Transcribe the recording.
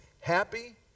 happy